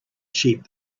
sheep